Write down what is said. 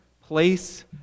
place